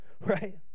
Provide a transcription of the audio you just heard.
right